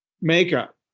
makeup